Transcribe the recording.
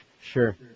Sure